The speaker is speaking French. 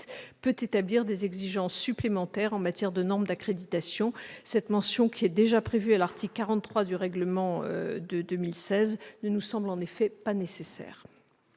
« peut établir des exigences supplémentaires en matière de normes d'accréditation ». Cette mention, qui est déjà prévue à l'article 43 du règlement de 2016, ne nous semble en effet pas nécessaire.